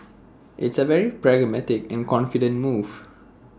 it's A very pragmatic and confident move